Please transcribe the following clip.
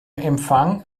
empfang